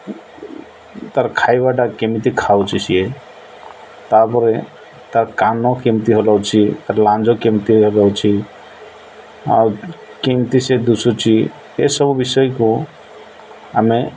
ତାର ଖାଇବାଟା କେମିତି ଖାଉଛି ସିଏ ତାପରେ ତାର କାନ କେମିତି ହଲାଉଛି ତାର ଲାଞ୍ଜ କେମିତି ହଲାଉଛି ଆଉ କେମିତି ସେ ଦେଖାଯାଉଛି ଏସବୁ ବିଷୟକୁ ଆମେ